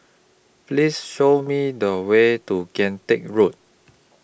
Please Show Me The Way to Kian Teck Road